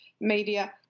media